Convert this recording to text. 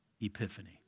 epiphany